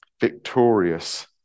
victorious